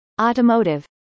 Automotive